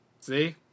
See